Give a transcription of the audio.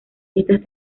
estas